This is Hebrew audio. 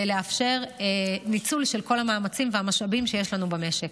לאפשר ניצול של כל המאמצים והמשאבים שיש לנו במשק.